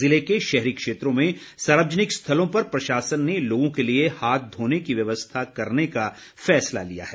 ज़िले के शहरी क्षेत्रों में सार्वजनिक स्थलों पर प्रशासन ने लोगों के लिए हाथ धोने की व्यवस्था करने का फैसला लिया है